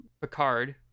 Picard